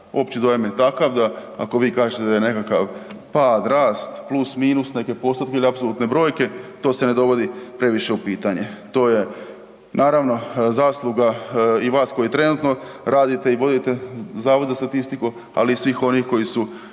opći dojam je takav da, ako vi kažete da je nekakav pad, rast, plus, minus, neke postotke ili apsolutne brojke, to se ne dovodi previše u pitanje. To je naravno zasluga i vas koji trenutno radite i vodite Zavod za statistiku, ali i svih onih koji su